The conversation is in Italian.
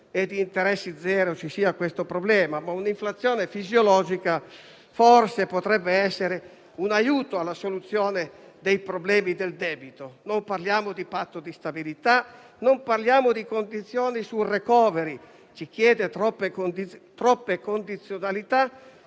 e di interessi zero ci sia questo problema; un'inflazione fisiologica forse potrebbe essere un aiuto alla soluzione dei problemi del debito. Non parliamo di Patto di stabilità e di condizioni sul *recovery*; ci chiede troppe condizionalità